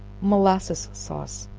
molasses sauce.